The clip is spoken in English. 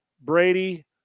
Brady